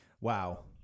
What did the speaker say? Wow